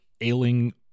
ailing